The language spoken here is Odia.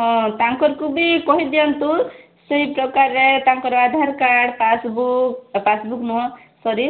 ହଁ ତାଙ୍କକୁ ବି କହି ଦିଅନ୍ତୁ ସେଇ ପ୍ରକାରେ ତାଙ୍କର ଆଧାର କାର୍ଡ଼ ପାସ୍ବୁକ୍ ପାସ୍ବୁକ୍ ନୁହଁ ସରି